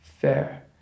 Fair